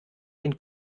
den